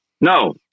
No